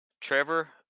trevor